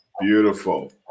Beautiful